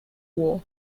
war